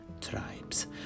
tribes